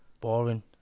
boring